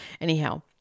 Anyhow